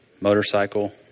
motorcycle